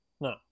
No